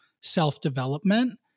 self-development